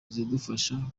zidufasha